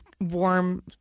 warm